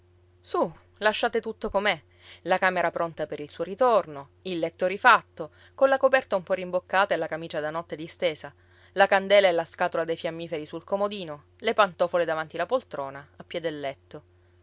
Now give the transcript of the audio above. su lasciate tutto com'è la camera pronta per il suo ritorno il letto rifatto con la coperta un po rimboccata e la camicia da notte distesa la candela e la scatola dei fiammiferi sul comodino le pantofole davanti la poltrona a piè del letto